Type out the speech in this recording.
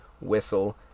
whistle